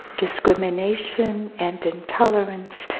discrimination and intolerance,